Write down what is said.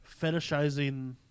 fetishizing